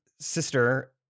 sister